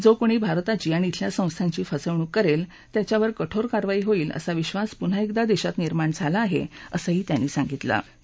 जो कोणी भारताची आणि बेल्या संस्थांची फसवणूक करेल त्याच्यावर कठोर कारवाई होईल असा विधास पुन्हा एकदा देशात निर्माण झाला आहे असं जेटली यांनी म्हटलं आहे